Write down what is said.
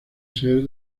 ser